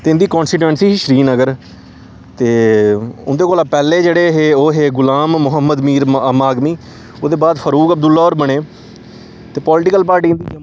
ते इंदी कांस्टीचुैंसी ही श्रीनगर ते उंदे कोला पैह्ले जेह्ड़े हे ओह् हे गुलाम मोहम्मद मीर मागमी ओह्दे बाद फरूक अब्दुल्ला होर बने ते पोलिटिकल पार्टी इंदी जम्मू कश्मीर नेशनल कांफ्रेंस गै